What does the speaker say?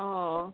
অঁ